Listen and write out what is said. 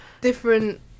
different